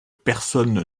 personne